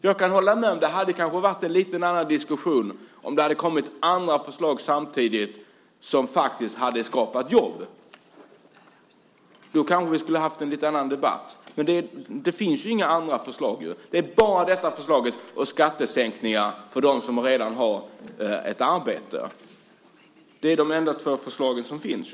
Jag kan hålla med om att det kanske hade varit en lite annan diskussion om det samtidigt hade kommit andra förslag - förslag som faktiskt skulle ha skapat jobb. Då hade vi kanske haft en lite annan debatt. Men det finns, som sagt, inga andra förslag. Det är bara det aktuella förslaget och förslaget om skattesänkningar för dem som redan har ett arbete som finns. Det är de enda två förslag som finns.